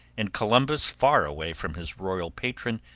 and columbus, far away from his royal patron,